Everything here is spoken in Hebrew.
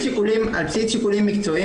על בסיס שיקולים מקצועיים,